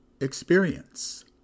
experience